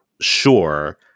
sure